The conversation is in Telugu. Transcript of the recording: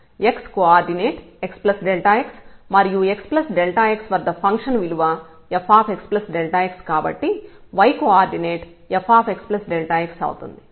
x కోఆర్డినేట్ xx మరియు xx వద్ద ఫంక్షన్ విలువ fxx కాబట్టి y కోఆర్డినేట్ fxxఅవుతుంది